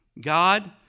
God